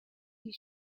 die